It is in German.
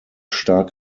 stark